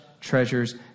treasures